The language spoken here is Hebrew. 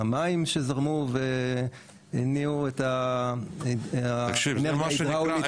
המים שזרמו והניעו את האנרגיה ההידראולית- -- מה שנקרא,